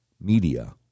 media